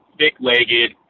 thick-legged